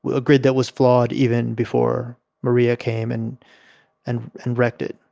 a grid that was flawed even before maria came and and and wrecked it.